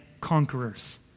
conquerors